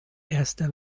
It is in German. erster